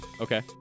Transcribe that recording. Okay